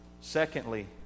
Secondly